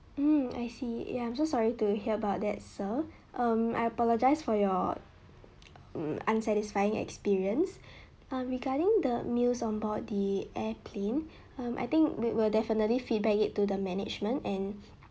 mm I see ya I'm so sorry to hear about that sir um I apologise for your mm unsatisfying experience um regarding the meals on board the airplane um I think we will definitely feedback it to the management and